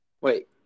Wait